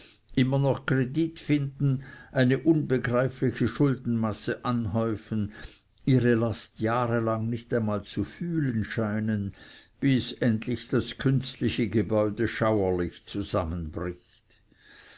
immer noch kredit finden eine unbegreifliche schuldenmasse aufhäufen ihre last jahrelang nicht einmal zu fühlen scheinen bis endlich das künstliche gebäude schauerlich zusammenbricht